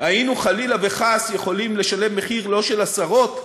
היינו חלילה וחס יכולים לשלם מחיר, לא של עשרות,